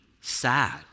sad